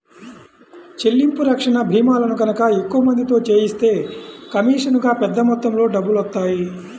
చెల్లింపు రక్షణ భీమాలను గనక ఎక్కువ మందితో చేయిస్తే కమీషనుగా పెద్ద మొత్తంలో డబ్బులొత్తాయి